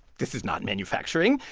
this is not manufacturing.